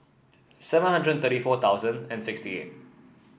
seven hundred and thirty four thousand and sixty eight